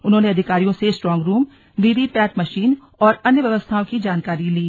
उन्होंने अधिकारियों से strong room VVPAT machine और अन्य व्यवस्थाओं की जानकारी ली